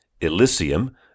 Elysium